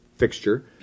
Fixture